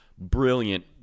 Brilliant